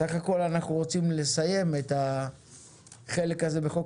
סך הכול אנחנו רוצים לסיים את החלק הזה בחוק